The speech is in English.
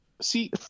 see